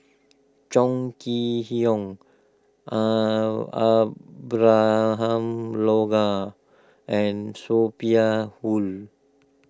Chong Kee Hiong Abraham Logan and Sophia Hull